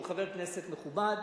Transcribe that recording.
שהוא חבר כנסת מכובד,